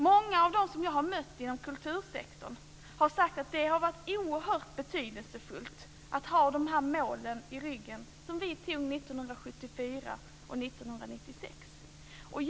Många av dem jag har mött inom kultursektorn har sagt att det har varit oerhört betydelsefullt att ha målen som antogs 1974 och 1996 i ryggen.